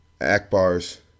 Akbar's